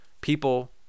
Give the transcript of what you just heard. people